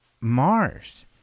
mars